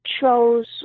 chose